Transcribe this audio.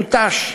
מותש,